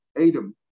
Adam